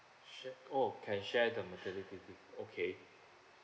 sha~ oh can share the maternity leave okay